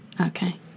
Okay